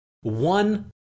One